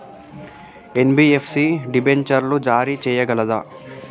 NBFC డిబెంచర్లు జారీ చేయగలదా?